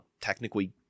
Technically